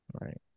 Right